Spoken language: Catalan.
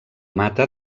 mata